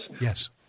Yes